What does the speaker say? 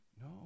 No